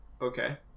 Okay